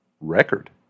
record